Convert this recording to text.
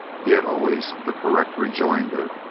he had always the correct rejoinder,